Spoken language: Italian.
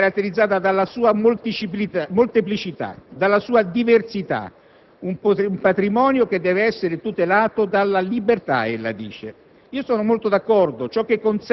l'Europa è caratterizzata dalla sua molteplicità e dalla sua diversità: un patrimonio che deve essere tutelato dalla libertà (io